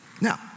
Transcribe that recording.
Now